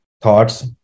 thoughts